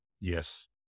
Yes